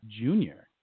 Junior